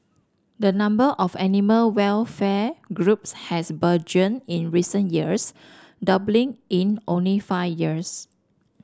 the number of animal welfare groups has burgeoned in recent years doubling in only five years